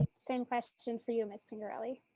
same question for you, miss pingerelli.